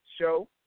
show